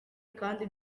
kandi